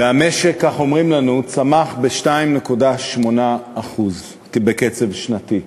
והמשק, כך אומרים לנו, צמח ב-2.8%, קצב שנתי.